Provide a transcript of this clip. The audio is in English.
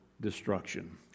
destruction